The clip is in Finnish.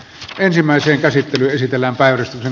asian käsittely keskeytetään